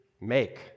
make